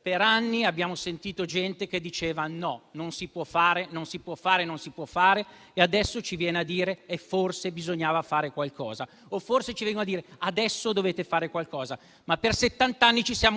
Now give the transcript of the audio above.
Per anni abbiamo sentito gente dire di no, che non si può fare, non si può fare, e non si può fare. Adesso ci vengono a dire che forse bisognava fare qualcosa, oppure ci dicono che adesso dobbiamo fare qualcosa. Per settanta anni,